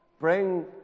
Bring